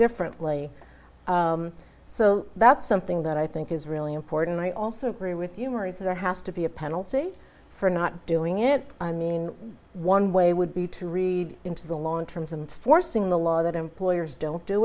differently so that's something that i think is really important i also agree with you marie is there has to be a penalty for not doing it i mean one way would be to read into the long terms of forcing the law that employers don't do